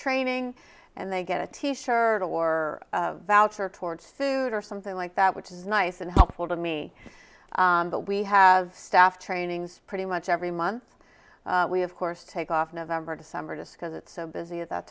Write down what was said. training and they get a t shirt or voucher towards food or something like that which is nice and helpful to me but we have staff trainings pretty much every month we of course take off november december disco's it so busy at that